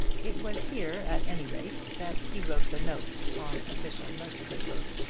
it was here at any rate that he wrote the notes on official note paper.